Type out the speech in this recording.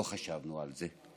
לא חשבנו על זה.